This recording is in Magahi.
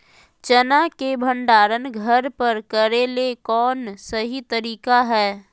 चना के भंडारण घर पर करेले कौन सही तरीका है?